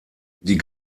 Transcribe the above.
die